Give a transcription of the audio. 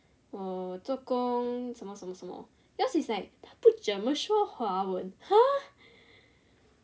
uh 做工什么什么什么 yours is like 不怎么说华文 !huh!